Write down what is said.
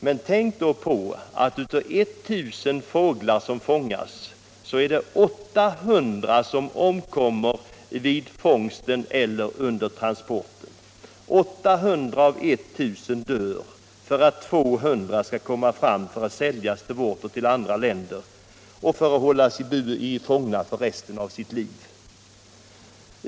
Men tänk då på att av 1 000 fåglar som fångas omkommer 800 vid fångsten eller under transporten. 800 av 1000 dör för att 200 skall komma fram för att säljas till vårt land och andra länder och där hållas fångna för resten av sitt liv.